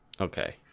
Okay